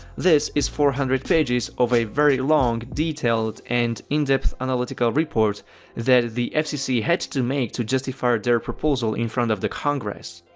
this is four hundred pages of a very long, detailed, and in-depth analytical report that the fcc had to make to justify their proposal in front of the congress.